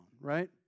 right